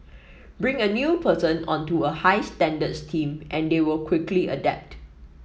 bring a new person onto a high standards team and they will quickly adapt